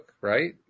right